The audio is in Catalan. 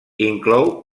inclou